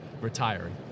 retiring